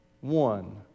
one